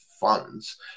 funds